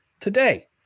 today